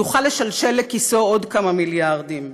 ויוכל לשלשל לכיסו עוד כמה מיליארדים.